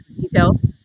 details